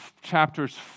chapters